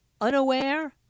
unaware